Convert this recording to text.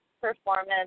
performance